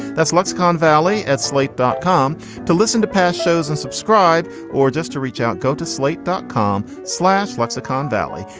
that's lexicon valley at slate dot com to listen to past shows and subscribe or just to reach out, go to slate dot com, slash lexicon valley.